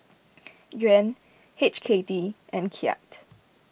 Yuan H K D and Kyat